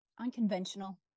unconventional